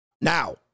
Now